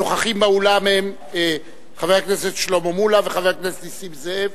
הנוכחים באולם הם חבר הכנסת שלמה מולה וחבר הכנסת נסים זאב.